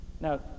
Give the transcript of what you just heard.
Now